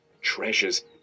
treasures